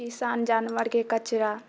किसान जानवरके कचरा